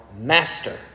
master